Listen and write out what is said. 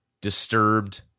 disturbed